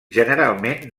generalment